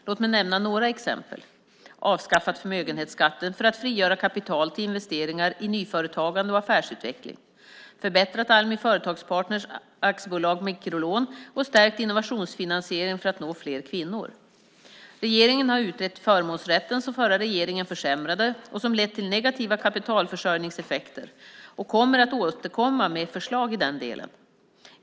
Låt mig nämna några exempel: avskaffat förmögenhetsskatten för att frigöra kapital till investeringar i nyföretagande och affärsutveckling, förbättrat Almi Företagspartner AB:s mikrolån och stärkt innovationsfinansieringen för att nå fler kvinnor. Regeringen har utrett förmånsrätten, som förra regeringen försämrade och som fått negativa kapitalförsörjningseffekter, och återkommer med förslag i den delen.